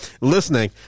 listening